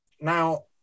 Now